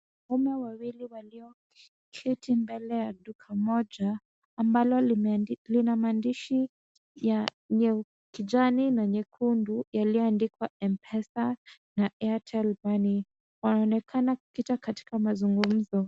Wanaume wawili walioketi mbele ya duka moja, ambalo lina maandishi ya kijani na nyekundu yaliyoandikwa mpesa na airtel money. Wanaonekana kukita katika mazungumzo.